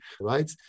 right